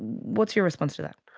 what's your response to that?